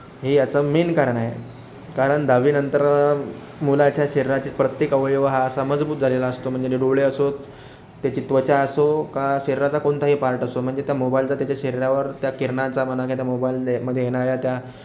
हे याचं मेन कारण आहे कारण दहावीनंतर मुलाच्या शरीराचे प्रत्येक अवयव हा असा मजबूत झालेला असतो म्हणजे डोळे असोत त्याची त्वचा असो का शरीराचा कोणताही पार्ट असो म्हणजे त्या मोबाइलचा त्याच्या शरीरावर त्या किरणांचा म्हणा किंवा त्या मोबाइलमध्ये येणाऱ्या त्या